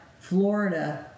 Florida